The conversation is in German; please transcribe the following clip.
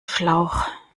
schlauch